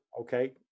Okay